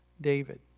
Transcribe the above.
David